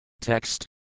Text